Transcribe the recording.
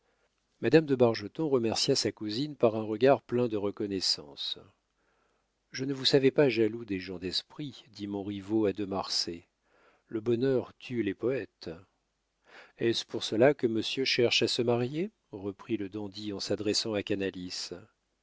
madame de bargeton remercia sa cousine par un regard plein de reconnaissance je ne vous savais pas jaloux des gens d'esprit dit montriveau à de marsay le bonheur tue les poètes est-ce pour cela que monsieur cherche à se marier reprit le dandy en s'adressant à canalis